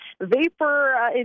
vapor